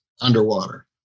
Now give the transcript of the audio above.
underwater